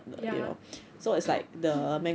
ya